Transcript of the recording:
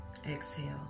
Exhale